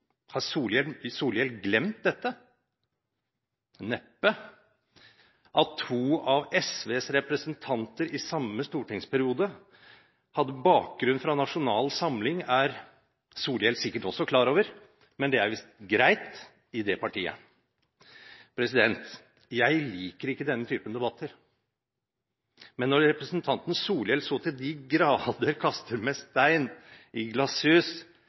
Har Solhjell glemt dette? Neppe. At to av SVs representanter i samme stortingsperiode hadde bakgrunn fra Nasjonal Samling, er Solhjell sikkert også klar over, men det er visst greit i det partiet. Jeg liker ikke denne typen debatter, men når representanten Solhjell så til de grader kaster stein i glasshus,